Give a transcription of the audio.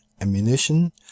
ammunition